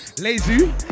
Lazy